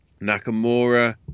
Nakamura